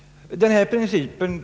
Herr talman!